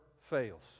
fails